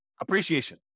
appreciation